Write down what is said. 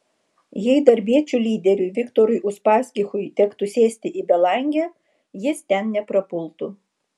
jei darbiečių lyderiui viktorui uspaskichui tektų sėsti į belangę jis ten neprapultų